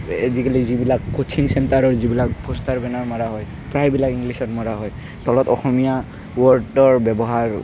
আজিকালি যিবিলাক ক'চিং চেণ্টাৰৰ যিবিলাক পোষ্টাৰ বেনাৰ মৰা হয় প্ৰায় বিলাক ইংলিছত মৰা হয় তলত অসমীয়া ৱৰ্ডৰ ব্যবহাৰ